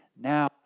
now